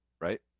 right